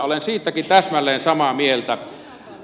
olen siitäkin täsmälleen samaa mieltä